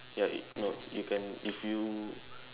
ya it no you can if you